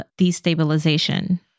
destabilization